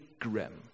grim